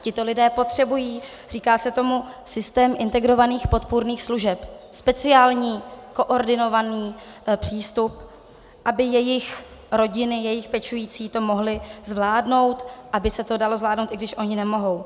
Tito lidé potřebují říká se tomu systém integrovaných podpůrných služeb, speciální koordinovaný přístup, aby jejich rodiny, jejich pečující to mohli zvládnout, aby se to dalo zvládnout, i když oni nemohou.